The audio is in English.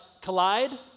collide